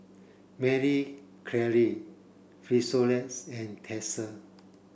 Marie Claire Frisolac and Tesla